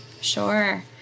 Sure